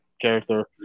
character